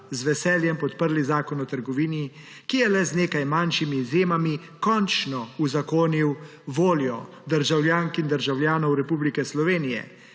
z veseljem podprli Zakon o trgovini, ki je le z nekaj manjšimi izjemami končno uzakonil voljo državljank in državljanov Republike Slovenije,